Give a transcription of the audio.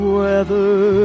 weather